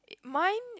mine